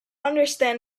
understand